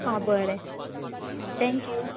हा बरें थँक्यू